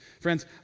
Friends